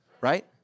right